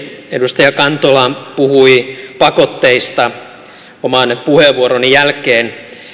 edustaja kantola puhui pakotteista oman puheenvuoroni jälkeen